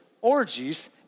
orgies